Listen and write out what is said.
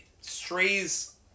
strays